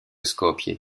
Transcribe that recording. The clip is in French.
skopje